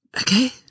Okay